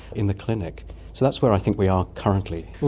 in the clinic. so that's where i think we are currently.